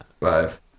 five